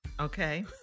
Okay